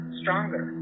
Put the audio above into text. stronger